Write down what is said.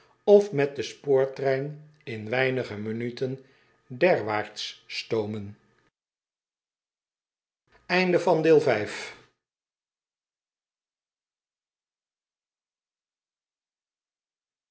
of met den spoortrein in weinige minuten derwaarts stoomen